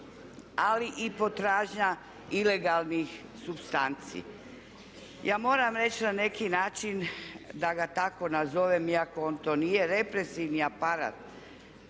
ali i potražnja ilegalnih supstanci. Ja moram reći na neki način da ga tako nazovem iako on to nije represivni aparat,